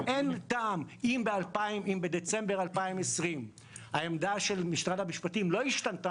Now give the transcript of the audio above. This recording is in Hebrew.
אין טעם אם בדצמבר 2020 העמדה של משרד המשפטים לא השתנתה